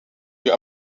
lieu